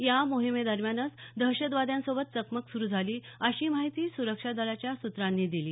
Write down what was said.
या मोहीमे दरम्यानच दहशतवाद्यां सोबत चकमक सुरु झाली अशी माहिती सुरक्षा दलाच्या सुत्रांनी दिली